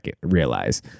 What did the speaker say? realize